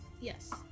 Yes